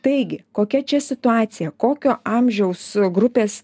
taigi kokia čia situacija kokio amžiaus grupės